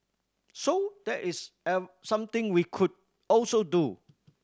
so there is something we could also do